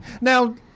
Now